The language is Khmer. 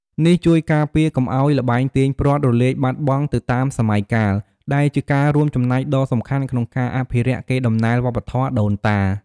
នេះជួយការពារកុំឱ្យ ល្បែងទាញព្រ័ត្រ រលាយបាត់បង់ទៅតាមសម័យកាល ដែលជាការរួមចំណែកដ៏សំខាន់ក្នុងការអភិរក្សកេរដំណែលវប្បធម៌ដូនតា។